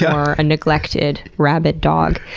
or a neglected rabid dog,